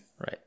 Right